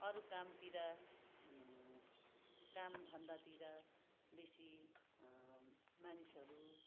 अरू कामतिर काम धन्दातिर बेसी मानिसहरू